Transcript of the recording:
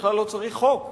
בכלל לא צריך חוק חדש,